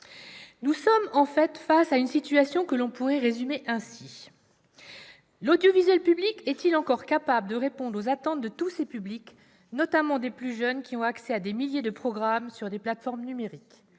Nous sommes, en fait, face à une situation que l'on pourrait résumer ainsi : l'audiovisuel public est-il encore capable de répondre aux attentes de tous ses publics, notamment des plus jeunes, qui ont accès à des milliers de programmes sur des plateformes numériques ?